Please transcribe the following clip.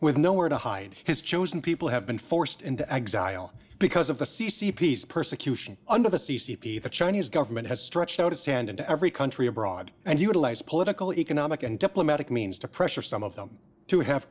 with nowhere to hide his chosen people have been forced into exile because of the c c peace persecution under the c c p the chinese government has stretched out his hand into every country abroad and utilize political economic and diplomatic means to pressure some of them to have